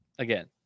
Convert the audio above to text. Again